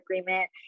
agreement